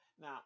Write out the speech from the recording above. Now